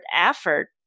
effort